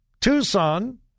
Tucson